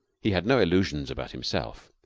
he had no illusions about himself.